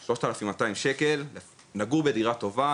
אז תמורת 3,200 ₪ אנחנו נוכל לגור בדירה טובה,